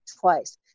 twice